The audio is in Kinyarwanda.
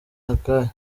akahe